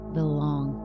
belong